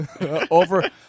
over